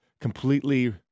completely